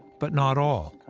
but not all.